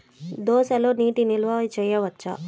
దోసలో నీటి నిల్వ చేయవచ్చా?